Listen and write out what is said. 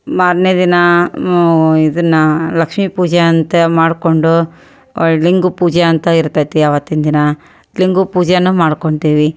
ಮಾರ್ನೇ ದಿನ ಮೊ ಇದನ್ನು ಲಕ್ಷ್ಮೀ ಪೂಜೆ ಅಂತ ಮಾಡಿಕೊಂಡು ಒಳ್ ಲಿಂಗ ಪೂಜೆ ಅಂತ ಇರ್ತತಿ ಅವತ್ತಿನ ದಿನ ಲಿಂಗದ ಪೂಜೆನೂ ಮಾಡ್ಕೊಂತೇವೆ